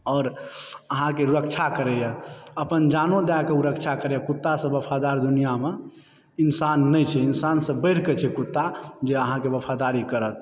आओर अहाँके रक्षा करयए अपन जानो दएकऽ ओ रक्षा करयए कुत्तासँ वफादार दुनियामऽ इंसान नहि छै इंसानसँ बढ़िकऽ छै कुत्ता जे अहाँकऽ वफादारी करत